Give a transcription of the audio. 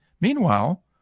Meanwhile